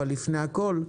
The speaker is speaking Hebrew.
לפני הכול,